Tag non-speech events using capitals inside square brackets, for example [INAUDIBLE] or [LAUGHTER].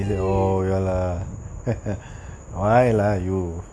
[NOISE]